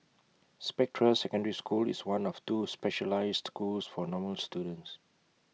Spectra secondary school is one of two specialised schools for normal students